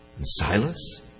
Silas